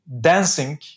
dancing